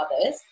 others